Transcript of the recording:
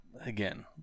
again